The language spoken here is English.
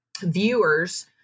viewers